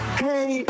hey